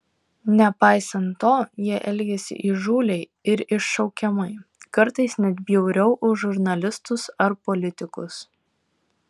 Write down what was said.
nepaisant to jie elgėsi įžūliai ir iššaukiamai kartais net bjauriau už žurnalistus ar politikus